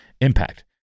impact